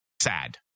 sad